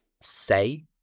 say